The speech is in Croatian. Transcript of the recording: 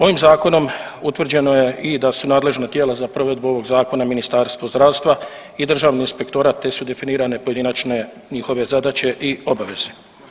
Ovim zakonom utvrđeno je i da su nadležna tijela za provedbu ovog zakona Ministarstvo zdravstva i Državni inspektorat te su definirane pojedinačne njihove zadaće i obaveze.